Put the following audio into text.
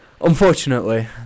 Unfortunately